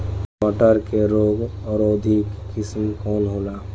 मटर के रोग अवरोधी किस्म कौन होला?